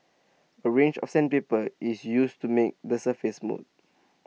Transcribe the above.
A range of sandpaper is used to make the surface smooth